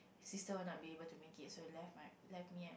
sister will not be to make it so left my left me